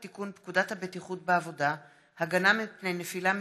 הצעת חוק לתיקון פקודת הבטיחות בעבודה (הגנה מפני נפילה מגובה),